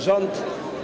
Rząd.